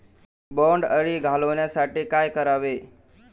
बोंडअळी घालवण्यासाठी काय करावे?